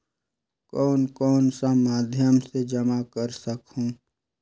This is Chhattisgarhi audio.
कौन कौन सा माध्यम से जमा कर सखहू?